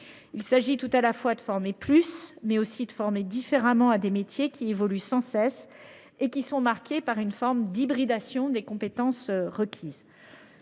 Il s’agit de former plus, mais aussi de former différemment, à des métiers qui évoluent sans cesse et qui sont marqués par une forme d’hybridation des compétences requises.